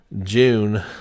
June